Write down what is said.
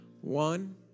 One